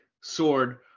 sword